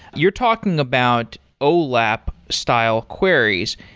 you're talking about olap style queries,